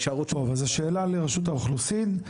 טוב אז השאלה לרשות האוכלוסין,